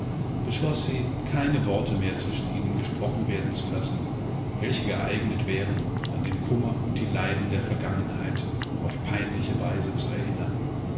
beschloß sie keine worte mehr zwischen ihnen gesprochen werden zu lassen welche geeignet wären an den kummer und die leiden der vergangenheit auf peinliche weise zu erinnern